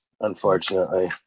unfortunately